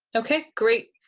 okay, great.